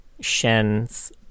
Shen's